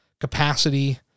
capacity